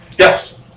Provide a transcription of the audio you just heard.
Yes